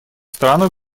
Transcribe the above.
странах